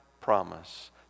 promise